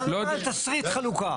זה סיפור אחר.